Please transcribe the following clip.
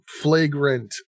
flagrant